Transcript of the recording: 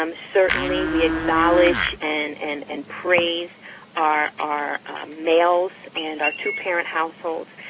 um certainly we acknowledge and and and praise our our males and our two-parent households,